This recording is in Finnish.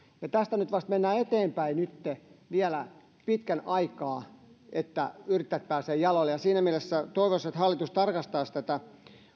ja tästä nyt vasta mennään eteenpäin vielä pitkän aikaa että yrittäjät pääsevät jaloilleen ja siinä mielessä toivoisin että hallitus tarkastaisi tätä